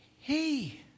hey